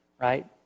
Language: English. Right